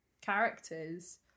characters